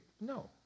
No